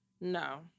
No